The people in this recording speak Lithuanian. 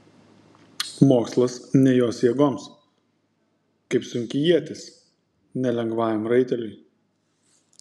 mokslas ne jos jėgoms kaip sunki ietis ne lengvajam raiteliui